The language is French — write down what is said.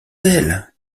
elle